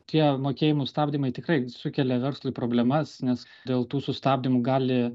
tie mokėjimų stabdymai tikrai sukelia verslui problemas nes dėl tų sustabdymų gali